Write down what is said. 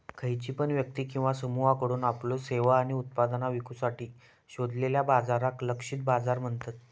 खयची पण व्यक्ती किंवा समुहाकडुन आपल्यो सेवा आणि उत्पादना विकुसाठी शोधलेल्या बाजाराक लक्षित बाजार म्हणतत